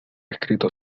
escrito